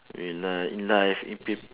in life in life in pe~